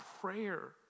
prayer